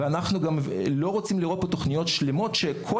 אנחנו גם לא רוצים לראות פה תוכניות שלימות כשכל